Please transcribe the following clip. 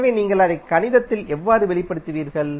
எனவே நீங்கள் அதை கணிதத்தில் எவ்வாறு வெளிப்படுத்துவீர்கள்